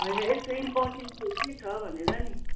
होइन यसको इम्पोर्टेन्स चाहिँ के छ भनेर नि